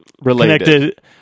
related